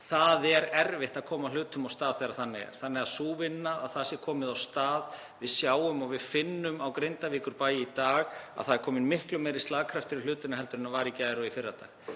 Það er erfitt að koma hlutum af stað þegar þannig er. Að sú vinna komist af stað — við sjáum og finnum á Grindavíkurbæ í dag að það er kominn miklu meiri slagkraftur í hlutina heldur en var í gær og í fyrradag.